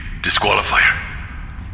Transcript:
disqualifier